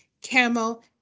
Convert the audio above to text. camel